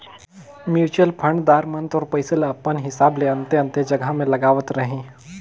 mutual fund दार मन तोर पइसा ल अपन हिसाब ले अन्ते अन्ते जगहा में लगावत रहीं